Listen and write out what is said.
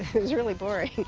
it was really boring.